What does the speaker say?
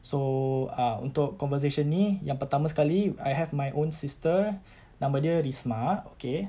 so err untuk conversation ini yang pertama sekali I have my own sister nama dia rismah okay